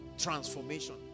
transformation